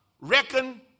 reckon